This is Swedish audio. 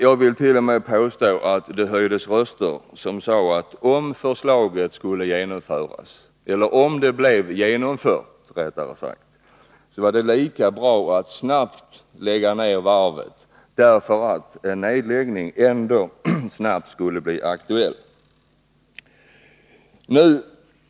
Jag vill påstå att det t.o.m. höjdes röster som sade, att om förslaget genomfördes, vore det lika bra att snarast lägga ned varvet då en nedläggning ändå snart skulle bli aktuell.